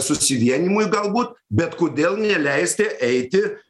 susivienijimui galbūt bet kodėl neleisti eiti